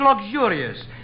luxurious